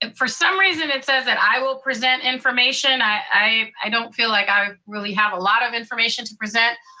and for some reason it says that i will present information, i i don't feel like i really have a lot of information to present,